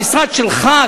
המשרד שלך,